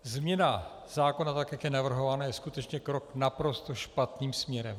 Změna zákona, tak jak je navrhována, je skutečně krok naprosto špatným směrem.